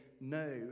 no